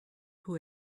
who